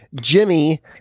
Jimmy